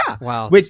Wow